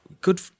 good